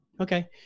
Okay